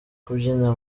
kubyina